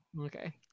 Okay